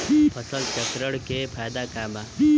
फसल चक्रण के फायदा का बा?